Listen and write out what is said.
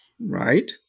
Right